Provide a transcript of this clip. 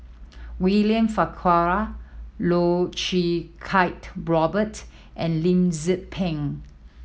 William Farquhar Loh Choo Kiat Robert and Lim Tze Peng